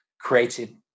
created